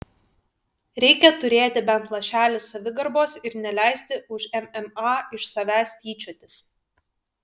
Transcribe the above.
reikia turėti bent lašelį savigarbos ir neleisti už mma iš savęs tyčiotis